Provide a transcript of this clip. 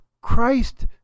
Christ